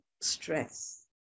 stress